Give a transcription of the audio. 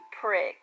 prick